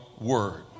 word